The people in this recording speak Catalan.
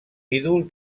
ídol